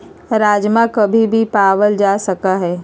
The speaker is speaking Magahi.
राजमा कभी भी पावल जा सका हई